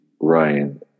Ryan